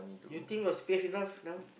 you think got save enough now